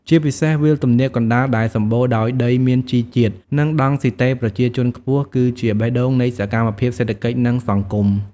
ជាពិសេស វាលទំនាបកណ្ដាលដែលសម្បូរដោយដីមានជីជាតិ និងដង់ស៊ីតេប្រជាជនខ្ពស់ គឺជាបេះដូងនៃសកម្មភាពសេដ្ឋកិច្ច និងសង្គម។